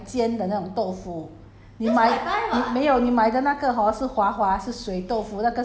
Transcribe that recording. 你买的那个是错的你要买那个 有一种豆腐 hor 是拿来煎的那种豆腐